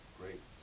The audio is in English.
great